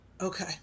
Okay